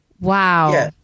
wow